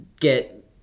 get